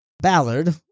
Ballard